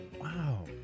Wow